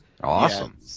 Awesome